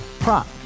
Prop